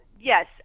yes